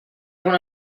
una